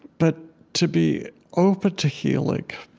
but to be open to healing